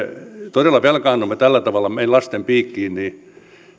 todella velkaannumme tällä tavalla meidän lastemme piikkiin niin